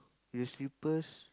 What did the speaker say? with slippers